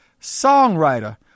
songwriter